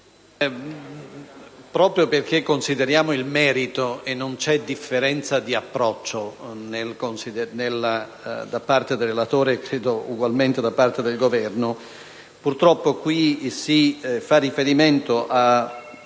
Proprio perché consideriamo il merito, e non c'è differenza di approccio da parte del relatore (e credo ugualmente da parte del Governo), purtroppo l'ordine del giorno G4.3